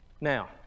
Now